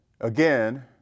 Again